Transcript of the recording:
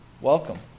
Welcome